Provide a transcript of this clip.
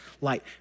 light